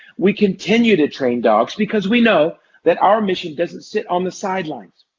we continue to train dogs because we know that our mission doesn't sit on the side lines.